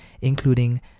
including